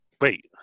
Wait